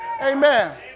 Amen